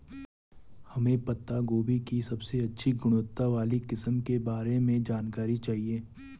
हमें पत्ता गोभी की सबसे अच्छी गुणवत्ता वाली किस्म के बारे में जानकारी चाहिए?